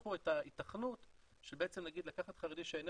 שהוכיחו את ההתכנות של נגיד לקחת חרדי שאינו